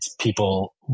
people